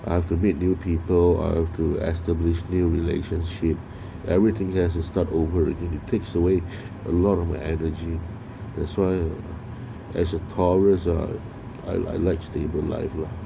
I have to meet new people have to establish new relationship everything has to start over again he takes away a lot of my energy that's why as a tourist ah I like stable life lah